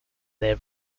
their